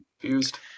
confused